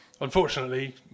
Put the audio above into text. Unfortunately